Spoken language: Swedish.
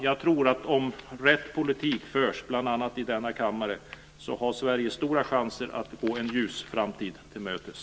Jag tror att om rätt politik förs bl.a. i denna kammare har Sverige stora chanser att gå en ljus framtid till mötes.